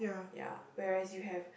ya whereas you have